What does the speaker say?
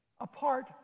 apart